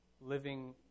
living